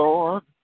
Lord